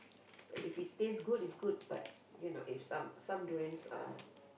if is taste good is good but you know if some some durians are